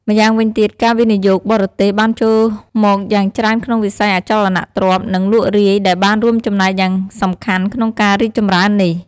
ម្យ៉ាងវិញទៀត ការវិនិយោគបរទេសបានចូលមកយ៉ាងច្រើនក្នុងវិស័យអចលនទ្រព្យ និងលក់រាយដែលបានរួមចំណែកយ៉ាងសំខាន់ក្នុងការរីកចម្រើននេះ។